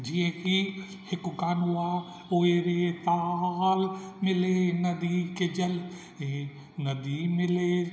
जीअं की हिकु गानो आहे ओ रे ताल मिले नदी के जल हे नदी मिले